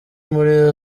muri